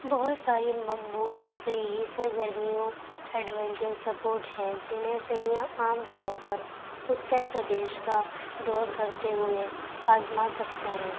بہت ساری مقبول تفریحی سرگرمیوں ایڈونچر سپوٹ ہیں جنہیں سیاح عام طور پر اترپردیش کا دور کرتے ہوئے آزما سکتے ہیں